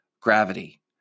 gravity